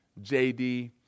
JD